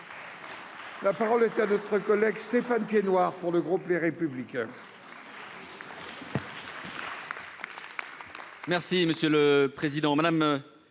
La parole est à M. Stéphane Piednoir, pour le groupe Les Républicains.